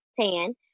tan